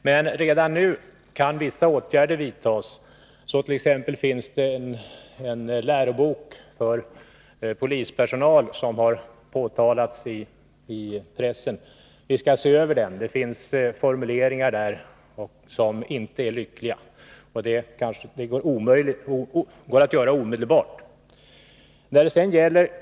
Men redan nu kan vissa åtgärder vidtas. Så t.ex. finns det en lärobok för polispersonal som påtalats i pressen. Vi skall se över den. Det finns formuleringar där som inte är lyckliga. Detta går att göra omedelbart.